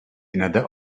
another